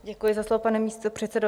Děkuji za slovo, pane místopředsedo.